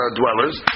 dwellers